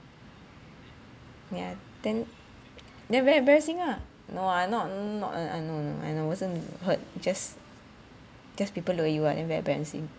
ya then then very embarrassing ah no ah not not and and no no and I wasn't hurt just just people look at you ah very embarrassing